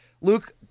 Luke